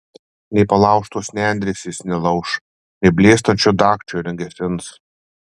nei palaužtos nendrės jis nelauš nei blėstančio dagčio negesins